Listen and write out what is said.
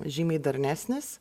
žymiai darnesnis